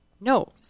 No